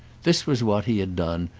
this was what he had done,